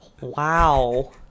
Wow